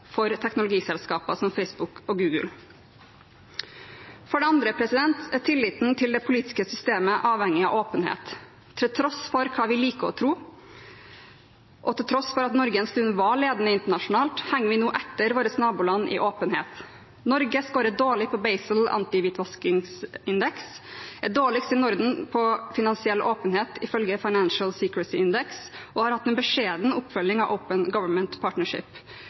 for teknologiselskaper som Facebook og Google. For det andre er tilliten til det politiske systemet avhengig av åpenhet. Til tross for hva vi liker å tro, og til tross for at Norge en stund var ledende internasjonalt, henger vi nå etter våre naboland i åpenhet. Norge scorer dårlig på Basel antihvitvaskingsindeks, er dårligst i Norden på finansiell åpenhet, ifølge Financial Secrecy Index, og har hatt en beskjeden oppfølging av Open Government Partnership.